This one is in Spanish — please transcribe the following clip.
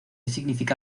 significa